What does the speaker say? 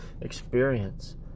experience